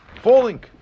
falling